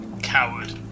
coward